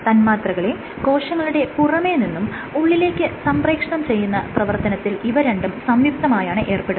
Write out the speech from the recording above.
തന്മാത്രകളെ കോശങ്ങളുടെ പുറമെ നിന്നും ഉള്ളിലേക്ക് സംപ്രേക്ഷണം ചെയ്യുന്ന പ്രവർത്തനത്തിൽ ഇവ രണ്ടും സംയുക്തമായാണ് ഏർപ്പെടുന്നത്